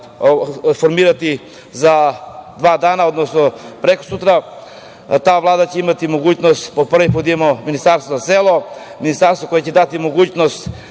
formirati za dva dana, odnosno prekosutra, ta vlada će imati mogućnost po prvi put da imamo Ministarstvo za selo, ministarstvo koje će dati mogućnost